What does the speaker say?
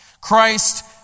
Christ